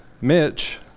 Mitch